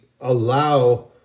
allow